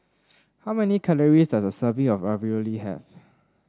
how many calories does a serving of Ravioli have